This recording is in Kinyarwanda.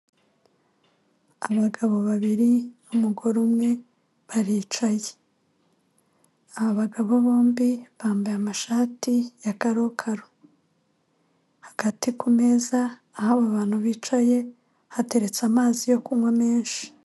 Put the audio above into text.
Abagabo babiri n'umugore umwe, baricaye. Aba bagabo bombi bambaye amashati ya karokaro. Hagati ku meza aho aba bantu bicaye, hateretse amazi yo kunywa menshi.